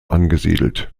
angesiedelt